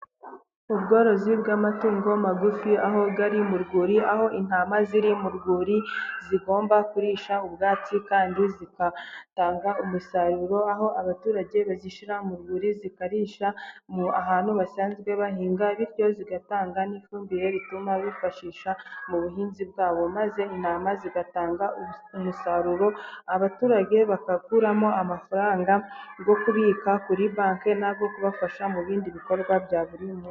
Ubworozi bw'amatungo magufi aho ari mu rwuri aho intama ziri mu rwuri zigomba kurisha ubwatsi kandi zigatanga umusaruro aho abaturage bazishyira mu rwuri zikarisha ahantu basanzwe bahinga bityo zigatanga n'ifumbire ituma bifashisha mu buhinzi bwabo maze intama zigatanga umusaruro abaturage bagakuramo amafaranga yo kubika kuri banki nabwo kubafasha mu bindi bikorwa bya buri munsi.